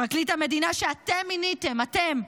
פרקליט המדינה שאתם מיניתם, אתם,